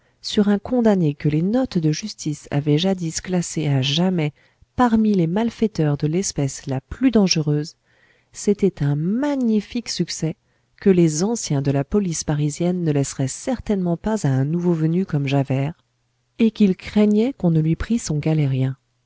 sur un condamné que les notes de justice avaient jadis classé à jamais parmi les malfaiteurs de l'espèce la plus dangereuse c'était un magnifique succès que les anciens de la police parisienne ne laisseraient certainement pas à un nouveau venu comme javert et qu'il craignait qu'on ne lui prît son galérien